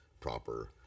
proper